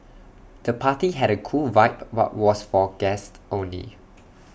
the party had A cool vibe but was for guests only